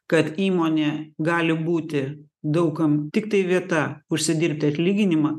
kad įmonė gali būti daug kam tiktai vieta užsidirbti atlyginimą